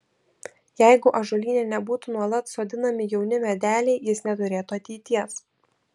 jeigu ąžuolyne nebūtų nuolat sodinami jauni medeliai jis neturėtų ateities